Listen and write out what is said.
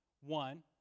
One